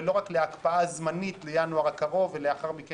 לא רק להקפאה זמנית לינואר הקרוב ואחר כך